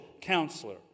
counselor